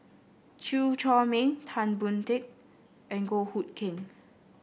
Chew Chor Meng Tan Boon Teik and Goh Hood Keng